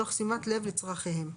תוך שימת לב לצרכיהם,